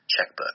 checkbook